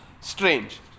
Strange